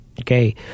okay